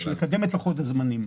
בשביל לקדם את לוחות הזמנים.